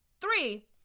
Three